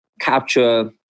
capture